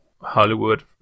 hollywood